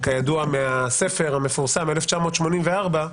כידוע מהספר המפורסם "1984",